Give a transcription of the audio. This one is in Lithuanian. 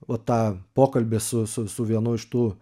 va tą pokalbį su su su vienu iš tų